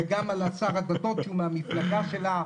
וגם על שר הדתות שהוא מהמפלגה שלך,